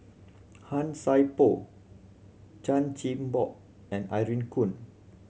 Han Sai Por Chan Chin Bock and Irene Khong